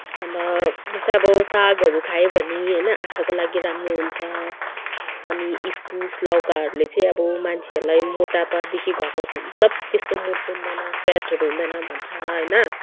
अन्त जस्तै अब सागहरू खायोभने होइन आँखाको लागि राम्रो हुन्छ अनि इस्कुस लौकाहरूले चाहिँ अब मान्छेहरूलाई मोटापादेखि घटाउँ मतलब त्यस्तो मोटो हुँदैन फेटहरू हुँदैन भन्छ होइन